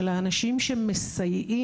של האנשים שמסייעים,